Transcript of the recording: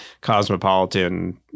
cosmopolitan